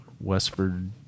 Westford